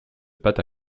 pâte